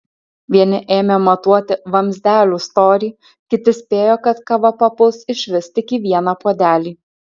vieni ėmė matuoti vamzdelių storį kiti spėjo kad kava papuls išvis tik į vieną puodelį